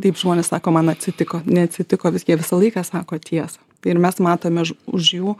taip žmonės sako man atsitiko neatsitiko vis jie visą laiką sako tiesą ir mes matome už už jų